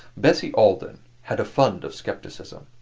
bessie alden had a fund of skepticism.